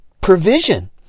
provision